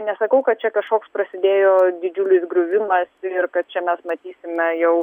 nesakau kad čia kažkoks prasidėjo didžiulis griuvimas ir kad čia mes matysime jau